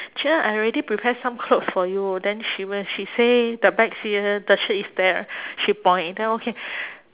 cher I already prepare some clothes for you then she w~ she say the back seat uh the shirt is there she point then okay